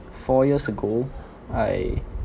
four years ago I